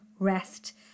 rest